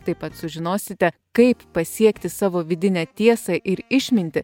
taip pat sužinosite kaip pasiekti savo vidinę tiesą ir išmintį